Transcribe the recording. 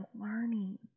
learning